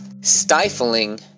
stifling